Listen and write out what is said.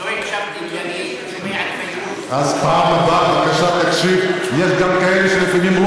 לא הקשבתי, כי אני שומע את פיירוז.